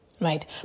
right